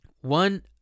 one